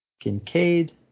Kincaid